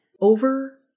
over